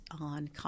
on